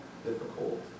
difficult